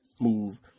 move